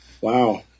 Wow